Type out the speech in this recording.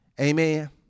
Amen